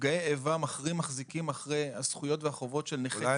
נפגעי איבה מחזיקים אחרי הזכויות והחובות של נכי צה"ל.